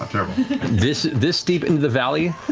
this this deep into the valley,